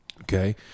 okay